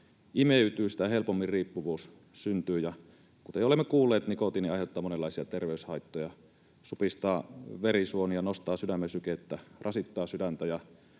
imeytyy, sitä helpommin riippuvuus syntyy, ja kuten olemme kuulleet, nikotiini aiheuttaa monenlaisia terveyshaittoja: supistaa verisuonia, nostaa sydämen sykettä, rasittaa sydäntä